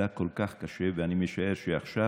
עבדה כל כך קשה, ואני משער שעכשיו